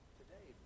today